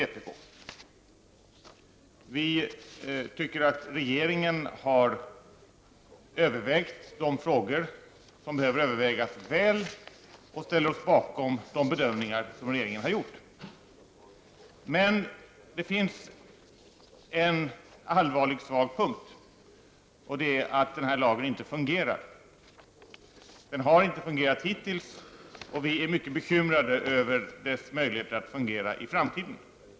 Vi inom majoriteten anser att regeringen väl har övervägt de frågor som behöver övervägas och vi ställer oss bakom de bedömningar som regeringen har gjort. Det finns emellertid en svag punkt som är allvarlig, nämligen att lagen inte fungerar. Den har hittills inte fungerat och vi är mycket bekymrade över dess möjligheter att fungera i framtiden.